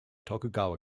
tokugawa